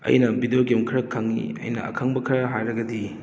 ꯑꯩꯅ video game ꯈꯔ ꯈꯪꯉꯤ ꯑꯩꯅ ꯑꯈꯪꯕ ꯈꯔ ꯍꯥꯏꯔꯒꯗꯤ